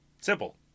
Simple